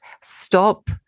Stop